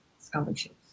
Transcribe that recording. scholarships